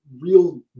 real